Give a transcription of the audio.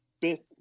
bit